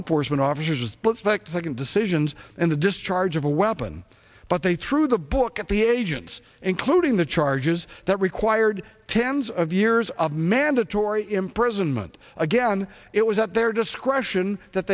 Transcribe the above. enforcement officers but fact second decisions and the discharge of a weapon but they threw the book at the agents including the charges that required tens of years of mandatory imprisonment again it was at their discretion that